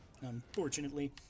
Unfortunately